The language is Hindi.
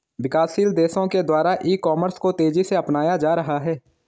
विकासशील देशों के द्वारा ई कॉमर्स को तेज़ी से अपनाया जा रहा है